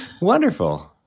Wonderful